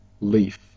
leaf